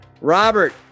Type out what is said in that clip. Robert